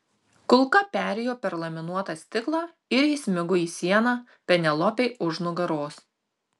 kulka perėjo per laminuotą stiklą ir įsmigo į sieną penelopei už nugaros